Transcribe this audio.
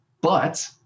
But-